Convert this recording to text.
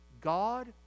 God